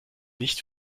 nicht